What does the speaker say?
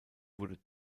wurde